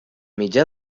mitjà